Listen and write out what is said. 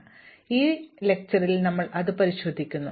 അതിനാൽ ഈ പ്രഭാഷണത്തിൽ ഞങ്ങൾ അത് പരിശോധിക്കും